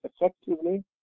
effectively